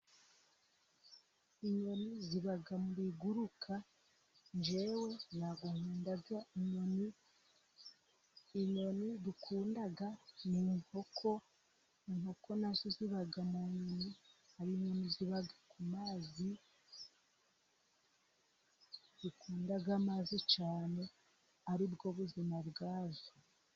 Inyoni ziba mubiguruka, ngewe ntabwo nkunda inyoni, inyoni dukunda n'inkoko, inkoko nazo ziba mu nyoni, hari inyoni ziba mu mazi, zikunda amazi cyane, ari bwo buzima bwazo.